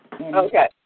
Okay